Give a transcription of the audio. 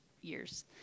years